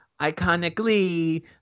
iconically